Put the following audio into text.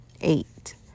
Eight